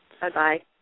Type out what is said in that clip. Bye-bye